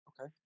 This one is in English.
Okay